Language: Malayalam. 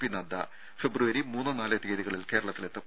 പി നദ്ദ ഫെബ്രുവരി മൂന്ന് നാല് തീയതികളിൽ കേരളത്തിലെത്തും